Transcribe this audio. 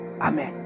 Amen